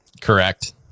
Correct